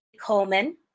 Coleman